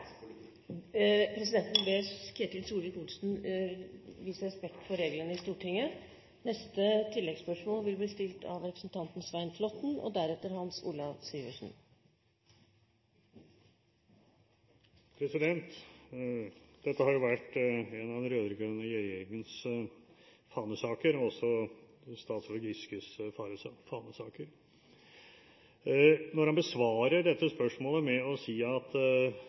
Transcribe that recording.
Presidenten ber Ketil Solvik-Olsen vise respekt for reglene i Stortinget. Svein Flåtten – til oppfølgingsspørsmål. Dette har jo vært en av den rød-grønne regjeringens fanesaker, også en av statsråd Giskes fanesaker. Når han besvarer dette spørsmålet med å